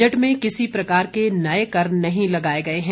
budget में किसी प्रकार के नए कर नहीं लगाए गए हैं